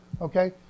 Okay